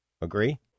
Agree